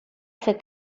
fer